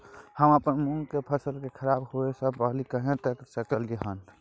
हम अपन मूंग के फसल के खराब होय स पहिले कहिया तक रख सकलिए हन?